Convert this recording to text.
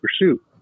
pursuit